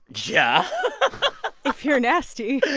yeah if you're nasty